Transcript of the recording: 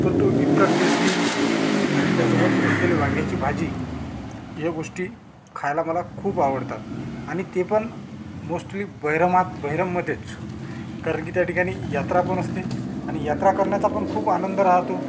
तर तो इतका टेस्टि आणि त्यासोबत असलेली वांग्याची भाजी या गोष्टी खायला मला खूप आवडतात आणि ते पण मोस्टली बहिरमात बहिरममध्येच कारण की त्या ठिकाणी यात्रा पण असते आणि यात्रा करण्याचा पण खूप आनंद राहतो